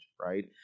Right